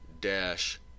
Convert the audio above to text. dash